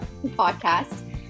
podcast